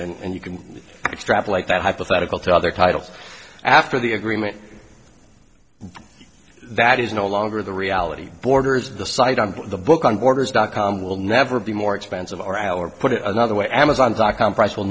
or and you can extrapolate that hypothetical to other titles after the agreement that is no longer the reality borders of the site on the book on borders dot com will never be more expensive or our put it another way amazon dot com price will